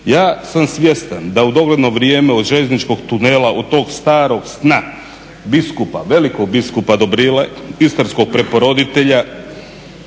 Ja sam svjestan da u dogledno vrijeme od željezničkog tunela, od tog starog sna biskupa, velikog biskupa Dobrile, istarskog preporoditelja